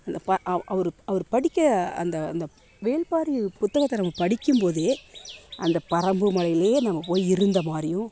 அந்த அவர் அவர் படிக்க அந்த அந்த வேள்பாரி புத்தகத்தை நம்ம படிக்கும் போது அந்த பறம்பு மலைலேயே நாம் போய் இருந்தமாதிரியும்